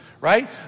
right